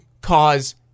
cause